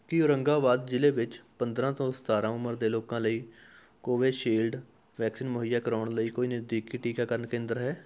ਕੀ ਔਰੰਗਾਬਾਦ ਜ਼ਿਲ੍ਹੇ ਵਿੱਚ ਪੰਦਰਾਂ ਤੋਂ ਸਤਾਰਾਂ ਉਮਰ ਦੇ ਲੋਕਾਂ ਲਈ ਕੋਵਿਸ਼ੀਲਡ ਵੈਕਸੀਨ ਮੁਹੱਈਆ ਕਰਾਉਣ ਲਈ ਕੋਈ ਨਜ਼ਦੀਕੀ ਟੀਕਾਕਰਨ ਕੇਂਦਰ ਹੈ